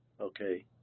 okay